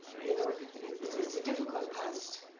you know it's it's a difficult past